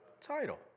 title